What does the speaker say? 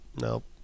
Nope